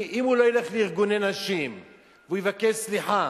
כי אם הוא לא ילך לארגוני נשים ויבקש סליחה,